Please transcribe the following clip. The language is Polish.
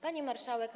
Pani Marszałek!